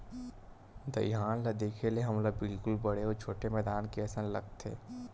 दईहान ल देखे ले हमला बिल्कुल बड़े अउ छोटे मैदान के असन लगथे